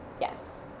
yes